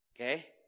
Okay